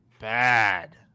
bad